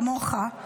כמוך,